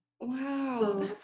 wow